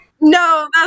no